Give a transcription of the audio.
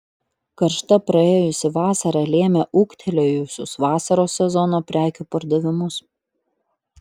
karšta praėjusi vasara lėmė ūgtelėjusius vasaros sezono prekių pardavimus